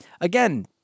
again